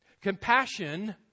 Compassion